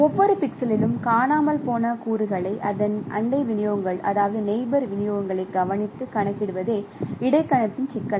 ஒவ்வொரு பிக்சலிலும் காணாமல் போன கூறுகளை அதன் நெய்போர் விநியோகங்களை கவனித்து கணக்கிடுவதே இடைக்கணிப்பின் சிக்கல்